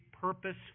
purpose